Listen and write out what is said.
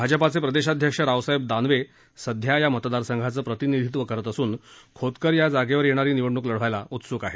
भाजपाचे प्रदेशाध्यक्ष रावसाहेब दानवे सध्या या मतदारसंघाचं प्रतिनिधित्व करत असुन खोतकर या जागेवर येणारी निवडणूक लढवायला उत्सुक आहेत